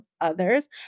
others